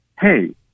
Hey